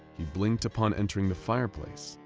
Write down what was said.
he blinked upon entering the fireplace,